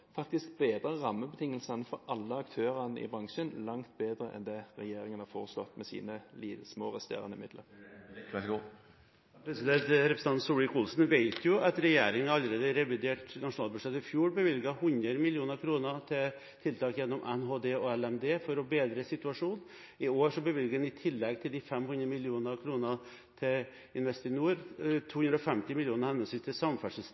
faktisk å bedre rammebetingelsene for alle aktørene i bransjen – langt bedre enn det regjeringen har foreslått med sine små, resterende midler? Representanten Solvik-Olsen vet jo at regjeringen allerede i revidert nasjonalbudsjett i fjor bevilget 100 mill. kr til tiltak gjennom Nærings- og handelsdepartementet og Landbruks- og matdepartementet for å bedre situasjonen. I år bevilger man – i tillegg til 500 mill. kr til Investinor – 250 mill. kr til